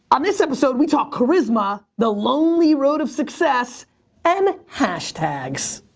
on this episode we talk charisma, the lonely road of success and hashtags.